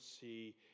see